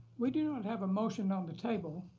we do not have a motion on the table.